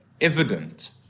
evident